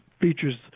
features